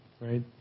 Right